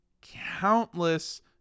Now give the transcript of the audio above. countless